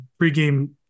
pregame